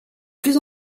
plus